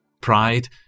Pride